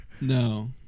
No